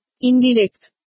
Indirect